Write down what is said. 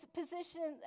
position